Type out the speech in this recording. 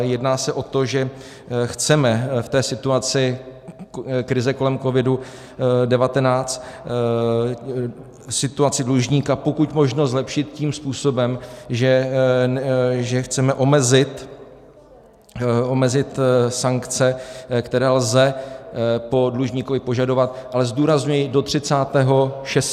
Jedná se o to, že chceme v té situaci krize kolem COVID19 situaci dlužníka pokud možno zlepšit tím způsobem, že chceme omezit sankce, které lze po dlužníkovi požadovat ale zdůrazňuji, do 30. 6.